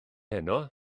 heno